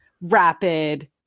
rapid